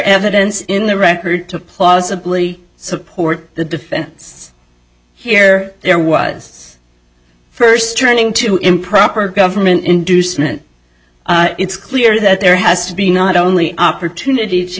evidence in the record to plausibly support the defense here there was first turning to improper government inducement it's clear that there has to be not only opportunity to